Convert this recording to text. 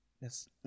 Yes